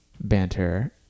banter